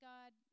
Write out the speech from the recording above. God